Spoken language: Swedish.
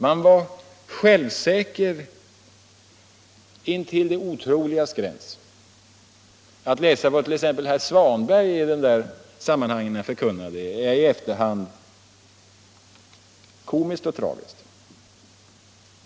Man var självsäker intill det otroligas gräns. Att läsa vad t.ex. herr Svanberg förkunnade i de sammanhangen är i efterhand komiskt och tragiskt.